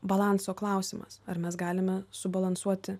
balanso klausimas ar mes galime subalansuoti